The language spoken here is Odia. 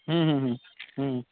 ହୁଁ ହୁଁ ହୁଁ ହୁଁ